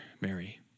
Mary